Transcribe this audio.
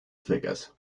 figures